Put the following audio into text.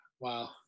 Wow